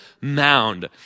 mound